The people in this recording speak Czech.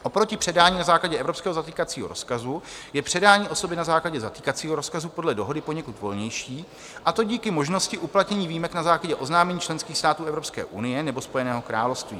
Oproti předání na základě evropského zatýkacího rozkazuje je předání osoby na základě zatýkacího rozkazu podle Dohody poněkud volnější, a to díky možnosti uplatnění výjimek na základě oznámení členských států Evropské unie nebo Spojeného království.